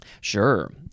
Sure